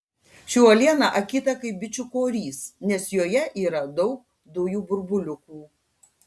ši uoliena akyta kaip bičių korys nes joje yra daug dujų burbuliukų